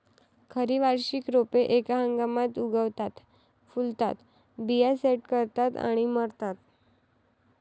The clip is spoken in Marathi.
खरी वार्षिक रोपे एका हंगामात उगवतात, फुलतात, बिया सेट करतात आणि मरतात